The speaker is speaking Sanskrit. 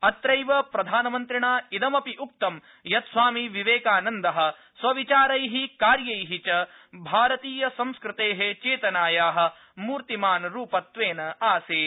अत्रैव प्रधानमन्त्रिणापि उक्तं यत् स्वामिविवेकानन्दः स्वविचारैः कार्यैः च भारतीयसंस्कृतेः चेतनायाः मूर्तिमान् रूपत्वेन आसीत्